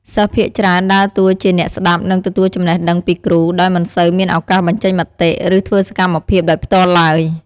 សិស្សភាគច្រើនដើរតួជាអ្នកស្តាប់ និងទទួលចំណេះដឹងពីគ្រូ ដោយមិនសូវមានឱកាសបញ្ចេញមតិ ឬធ្វើសកម្មភាពដោយផ្ទាល់ឡើយ។